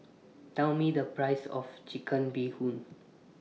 Tell Me The Price of Chicken Bee Hoon